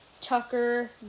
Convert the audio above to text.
Tucker